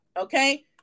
okay